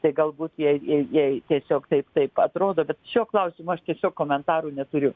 tai galbūt jai jai jai tiesiog taip taip atrodo bet šiuo klausimu aš tiesiog komentarų neturiu